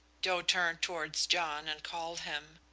joe turned towards john and called him.